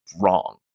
wrong